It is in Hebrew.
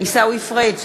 עיסאווי פריג'